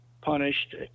punished